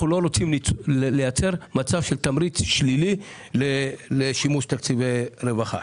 אנחנו לא רוצים לייצר מצב של תמריץ שלילי לשימוש בתקציבי רווחה.